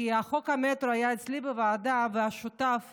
כי חוק המטרו היה אצלי בוועדה, והשותף